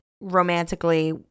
romantically